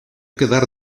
quedar